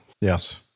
Yes